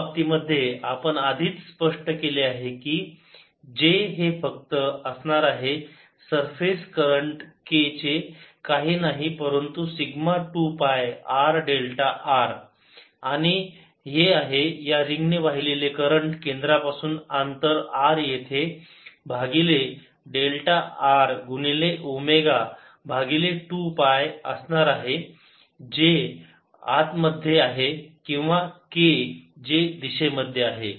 या बाबतीमध्ये आपण आधीच स्पष्ट केले आहे की J हे फक्त असणार आहे सरफेस करंट k चे काही नाही परंतु sigma 2 pi r delta r आहे या रिंग ने वाहिलेले करंट केंद्रापासून अंतर r येथे भागिले डेल्टा r गुणिले ओमेगा भागिले 2 पाय असणार आहे J आत मध्ये आहे किंवा k जे दिशेमध्ये आहे